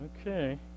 Okay